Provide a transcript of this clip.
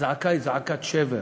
הזעקה היא זעקת שבר